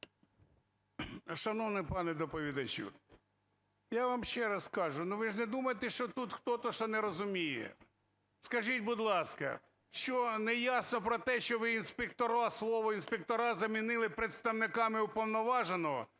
Шановний пане доповідачу, я вам ще раз кажу, ну ви ж не думайте, що тут хто-то ще не розуміє. Скажіть, будь ласка, що, не ясно про те, що ви "інспектора", слово "інспектора" замінили "представниками Уповноваженого"?